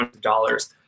dollars